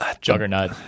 juggernaut